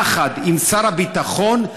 יחד עם שר הביטחון,